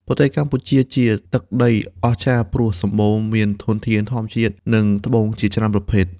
ប្រទេសកម្ពុជាជាទឹកដីអស្ចារ្យព្រោះសម្បូរមានធនធានធម្មជាតិ និងត្បូងជាច្រើនប្រភេទ។